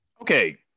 Okay